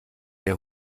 der